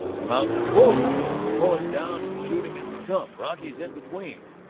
the mountain is full of them. they're pouring down and shooting as they come brocky's in between.